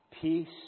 Peace